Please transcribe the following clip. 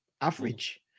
average